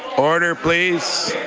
order, please.